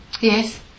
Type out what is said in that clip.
Yes